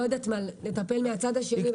נשמח לשמוע.